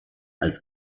als